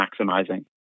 maximizing